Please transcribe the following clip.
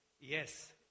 Yes